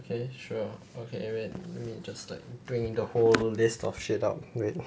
okay sure okay wait let me just like bring in the whole long list of shit up wait